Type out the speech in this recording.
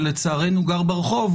ולצערנו גר ברחוב,